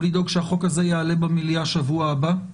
לדאוג שהחוק הזה יעלה במליאה בשבוע הבא,